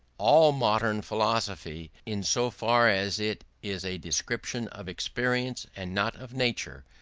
all modern philosophy, in so far as it is a description of experience and not of nature,